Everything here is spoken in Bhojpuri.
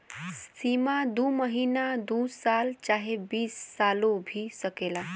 सीमा दू महीना दू साल चाहे बीस सालो भी सकेला